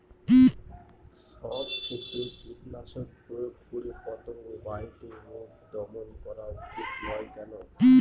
সব ক্ষেত্রে কীটনাশক প্রয়োগ করে পতঙ্গ বাহিত রোগ দমন করা উচিৎ নয় কেন?